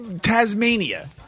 Tasmania